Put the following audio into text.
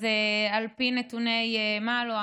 אז על פי נתוני מאל"ו,